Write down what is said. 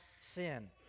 sin